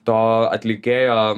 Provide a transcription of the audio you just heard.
to atlikėjo